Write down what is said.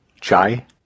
chai